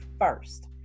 first